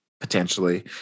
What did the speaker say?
potentially